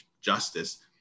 justice